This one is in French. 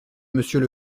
monsieur